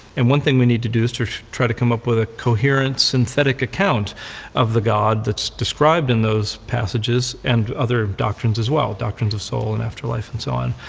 and one thing we need to do is to try to come up with a coherent, synthetic account of the god that's described in those passages and other doctrines as well. doctrines of soul and afterlife and so on.